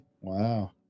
Wow